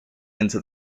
into